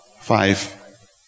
five